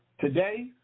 today